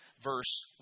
verse